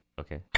okay